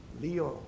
Lyon